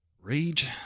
rage